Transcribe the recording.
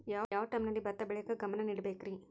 ಯಾವ್ ಟೈಮಲ್ಲಿ ಭತ್ತ ಬೆಳಿಯಾಕ ಗಮನ ನೇಡಬೇಕ್ರೇ?